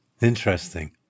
Interesting